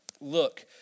look